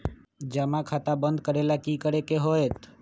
जमा खाता बंद करे ला की करे के होएत?